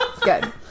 Good